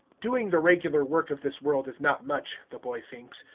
doing the regular work of this world is not much, the boy thinks,